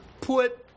put